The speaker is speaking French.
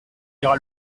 ira